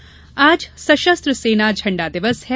झण्डा दिवस आज सशस्त्र सेना झंडा दिवस है